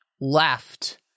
left